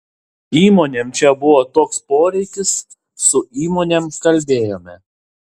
įmonėm čia buvo toks poreikis su įmonėm kalbėjome